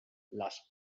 las